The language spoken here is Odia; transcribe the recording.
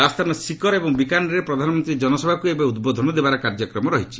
ରାଜସ୍ଥାନର ସିକର୍ ଏବଂ ବିକାନେର୍ରେ ପ୍ରଧାନମନ୍ତ୍ରୀ ଜନସଭାକୁ ଏବେ ଉଦବୋଧନ ଦେବାର କାର୍ଯ୍ୟକ୍ରମ ରହିଛି